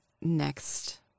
next